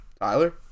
Tyler